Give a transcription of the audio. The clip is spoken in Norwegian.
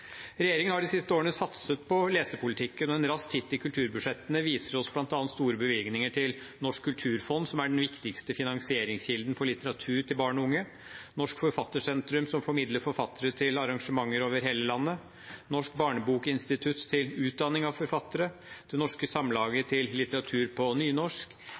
Regjeringen har de siste årene satset på lesepolitikk, og en rask titt i kulturbudsjettene viser oss bl.a. store bevilgninger til Norsk kulturfond, som er den viktigste finansieringskilden for litteratur for barn og unge, Norsk Forfattersentrum, som formidler forfattere til arrangementer over hele landet, Norsk barnebokinstitutt, til utdanning av forfattere, Det Norske Samlaget, til litteratur på nynorsk,